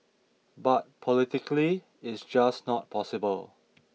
but politically it's just not possible